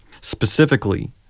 Specifically